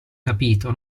capito